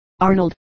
Arnold